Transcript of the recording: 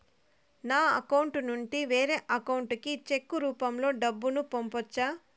నా అకౌంట్ నుండి వేరే అకౌంట్ కి చెక్కు రూపం లో డబ్బును పంపొచ్చా?